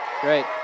Great